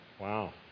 Wow